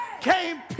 came